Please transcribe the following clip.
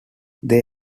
they